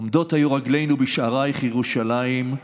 עומדות היו רגלינו בשערייך, ירושלים.